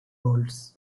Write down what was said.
bolts